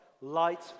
light